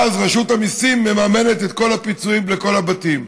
ואז רשות המיסים מממנת את כל הפיצויים לכל הבתים.